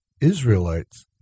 Israelites